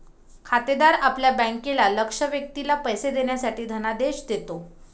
खातेदार आपल्या बँकेला लक्ष्य व्यक्तीला पैसे देण्यासाठी धनादेश देतो